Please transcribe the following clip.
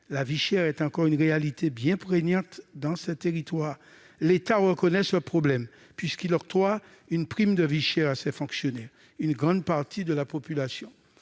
La vie chère est une réalité encore bien prégnante dans ces territoires. L'État reconnaît ce problème, puisqu'il octroie une « prime de vie chère » à ses fonctionnaires. Une grande partie de la population,